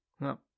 No